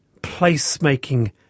placemaking